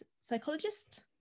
psychologist